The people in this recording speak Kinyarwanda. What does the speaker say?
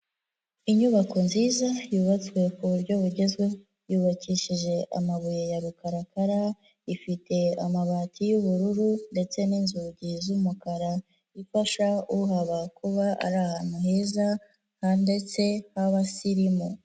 Inyubako nziza yubatswe ku buryo bugezweho yubakishije amabuye ya rukarakara, ifite amabati y'ubururu ndetse n'inzugi z'umukara. Ifasha uhaba kuba ari ahantu heza ha ndetse h'abasirimu.